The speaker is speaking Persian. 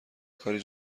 کاری